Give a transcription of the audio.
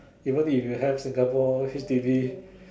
even if you have Singapore H_D_B